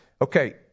Okay